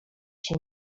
się